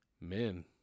Men